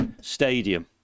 stadium